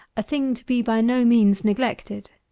a thing to be by no means neglected.